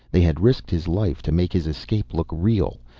they had risked his life to make his escape look real.